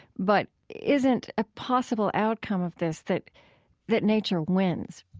but isn't a possible outcome of this that that nature wins?